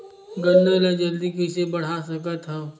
गन्ना ल जल्दी कइसे बढ़ा सकत हव?